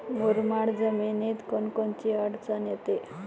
मुरमाड जमीनीत कोनकोनची अडचन येते?